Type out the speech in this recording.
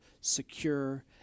secure